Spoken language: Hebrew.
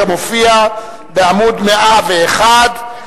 כמופיע בעמוד 101,